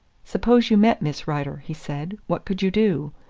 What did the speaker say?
suppose you met miss rider? he said. what could you do?